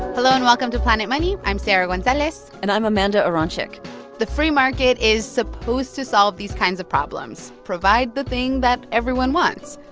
hello, and welcome to planet money. i'm sarah gonzalez and i'm amanda aronczyk the free market is supposed to solve these kinds of problems, provide the thing that everyone wants.